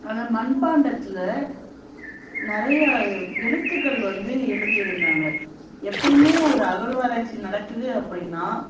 அந்த மண்பாண்டத்தில் நிறைய எழுத்துக்கள் வந்து எழுதியிருந்தாங்க எப்போயுமே ஒரு அகழ்வாராய்ச்சி நடக்குது அப்படின்னா